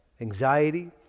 anxiety